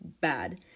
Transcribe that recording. bad